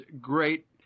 great